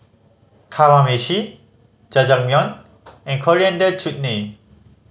Kamameshi Jajangmyeon and Coriander Chutney